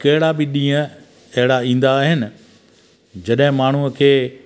कहिड़ा बि ॾींहं अहिड़ा ईंदा आहिनि जॾहिं माण्हूअ खे